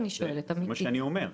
זה מה שאני אומר.